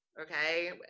okay